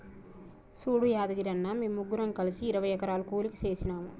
సూడు యాదగిరన్న, మేము ముగ్గురం కలిసి ఇరవై ఎకరాలు కూలికి సేసినాము